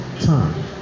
time